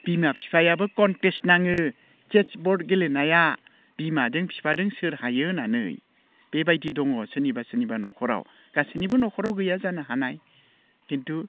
बिमा फिफायाबो कनटेस्ट नाङो चेस बर्ड गेलेनाया बिमाजों फिफाजों सोर हायो होन्नानै बेबायदि दङ सोरनिबा सोरनिबा नख'राव गासिनिबो नख'राव गैया जानो हानाय खिन्थु